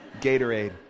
Gatorade